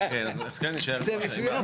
מרשות הרישוי,